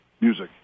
music